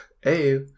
Hey